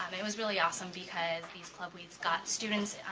it was really awesome because these club weeks got students